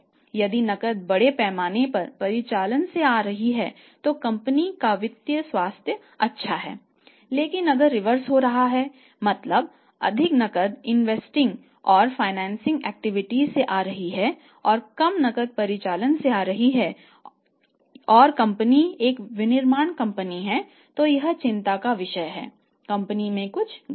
यदि नकद बड़े पैमाने पर परिचालन से आ रही है तो कंपनी का वित्तीय स्वास्थ्य से आ रही है और कम नकद परिचालन से आ रही है और कंपनी एक विनिर्माण कंपनी है तो यह चिंता का विषय हैकंपनी में कुछ गड़बड़ है